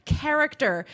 character